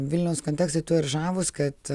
vilniaus kontekstai tuo ir žavūs kad